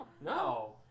No